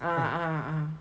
ah a'ah a'ah